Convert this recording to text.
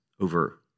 over